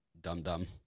dum-dum